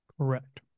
Correct